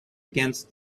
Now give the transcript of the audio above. against